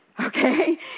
okay